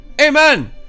Amen